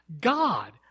God